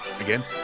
Again